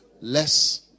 Less